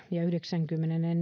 ja yhdeksänkymmentäneljä